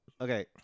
Okay